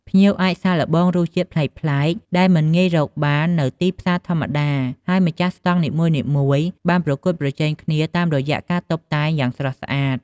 ភ្ញៀវអាចសាកល្បងរសជាតិប្លែកៗដែលមិនងាយរកបាននៅទីផ្សារធម្មតា ហើយម្ចាស់ស្តង់នីមួយៗបានប្រកួតប្រជែងគ្នាតាមរយៈការតុបតែងយ៉ាងស្រស់ស្អាត។